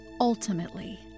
ultimately